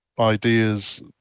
ideas